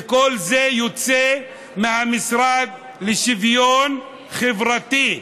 וכל זה יוצא מהמשרד לשוויון חברתי.